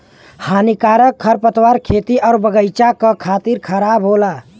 हानिकारक खरपतवार खेती आउर बगईचा क खातिर खराब होला